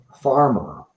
farmer